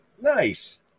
Nice